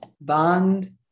bond